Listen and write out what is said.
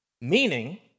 Meaning